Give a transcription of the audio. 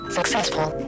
Successful